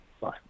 Bye